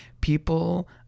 people